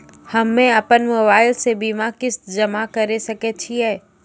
हम्मे अपन मोबाइल से बीमा किस्त जमा करें सकय छियै?